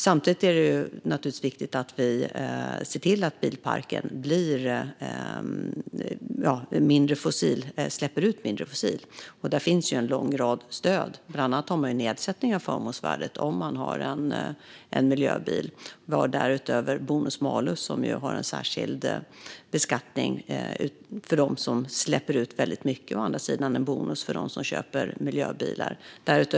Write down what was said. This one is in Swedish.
Samtidigt är det naturligtvis viktigt att vi ser till att bilparken släpper ut mindre fossilt, och där finns en lång rad stöd. Bland annat har man en nedsättning av förmånsvärdet om man har en miljöbil. Vi har därutöver bonus-malus, med å ena sidan en särskild beskattning för dem som släpper ut väldigt mycket och å andra sidan en bonus för dem som köper miljöbilar.